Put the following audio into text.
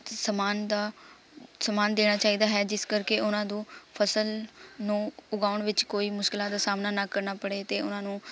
ਸਮਾਨ ਦਾ ਸਮਾਨ ਦੇਣਾ ਚਾਹੀਦਾ ਹੈ ਜਿਸ ਕਰਕੇ ਉਹਨਾਂ ਨੂੰ ਫਸਲ ਨੂੰ ਉਗਾਉਣ ਵਿੱਚ ਕੋਈ ਮੁਸ਼ਕਲਾਂ ਦਾ ਸਾਹਮਣਾ ਨਾ ਕਰਨਾ ਪਵੇ ਅਤੇ ਉਹਨਾਂ ਨੂੰ